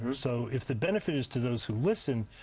so if the benefit is to those who listen,